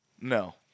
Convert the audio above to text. no